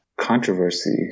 controversy